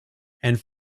and